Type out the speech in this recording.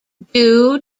due